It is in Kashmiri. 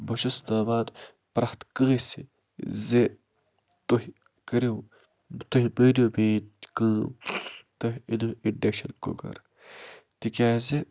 بہٕ چھُس تراوان پرٮ۪تھ کٲنٛسہِ زِ تُہۍ کٔرِو تُہۍ مٲنِو میٲنۍ کٲم تُہۍ أنِو اِنٛڈَکشَن کُکَر تِکیازِ